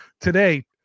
Today